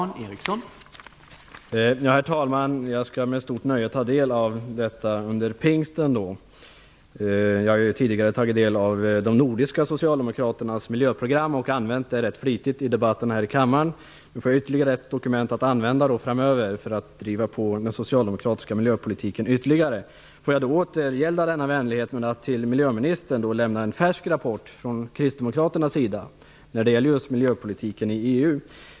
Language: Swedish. Herr talman! Jag skall med stort nöje ta del av rapporten under pingsten. Jag har tidigare tagit del av de nordiska socialdemokraternas miljöprogram och använt det rätt flitigt här i kammaren. Nu får jag ytterligare ett dokument att använda framöver för att driva på den socialdemokratiska miljöpolitiken ytterligare. Jag vill återgälda denna vänlighet med att till miljöministern lämna en färsk rapport från kristdemokraterna som gäller miljöpolitiken i EU.